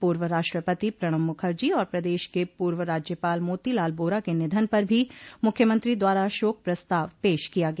पूर्व राष्ट्रपति प्रणब मुखर्जी और प्रदेश के पूर्व राज्यपाल मोती लाल बोरा के निधन पर भी मुख्यमंत्री द्वारा शोक प्रस्ताव पेश किया गया